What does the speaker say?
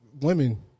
women